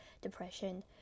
depression